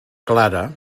clara